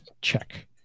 check